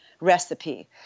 recipe